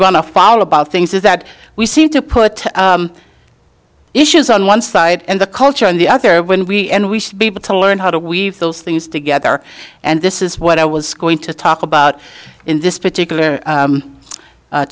to follow about things is that we seem to put issues on one side and the culture on the other when we and we should be able to learn how to weave those things together and this is what i was going to talk about in this particular